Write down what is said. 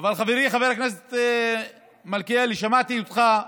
אבל חברי חבר הכנסת מלכיאלי, שמעתי אותך,